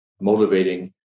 motivating